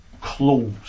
clause